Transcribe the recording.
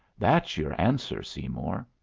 that's your answer, seymour!